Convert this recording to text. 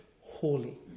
holy